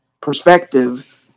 perspective